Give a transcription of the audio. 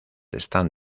están